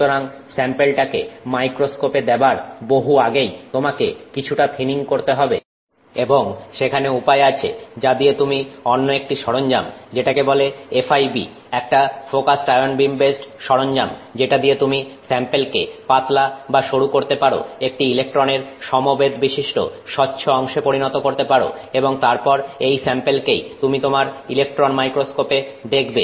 সুতরাং স্যাম্পেলটাকে মাইক্রোস্কোপে দেবার বহু আগেই তোমাকে কিছুটা থিনিং করতে হবে এবং সেখানে উপায় আছে যা দিয়ে তুমি অন্য একটি সরঞ্জাম যেটাকে বলে FIB একটা ফোকাসড আয়ন বীম বেসড সরঞ্জাম যেটা দিয়ে তুমি স্যাম্পেলকে পাতলা বা সরু করতে পারো একটি ইলেকট্রনের সমবেধ বিশিষ্ট স্বচ্ছ অংশে পরিণত করতে পারো এবং তারপর এই স্যাম্পেলকেই তুমি তোমার ইলেকট্রন মাইক্রোস্কোপে দেখবে